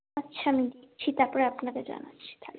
আচ্ছা আমি দেখছি তারপরে আপনাকে জানাচ্ছি তাহলে